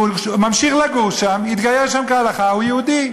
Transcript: והוא ממשיך לגור שם, התגייר שם כהלכה, הוא יהודי.